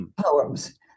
poems